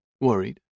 Worried